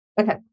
Okay